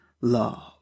love